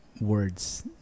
words